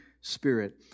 Spirit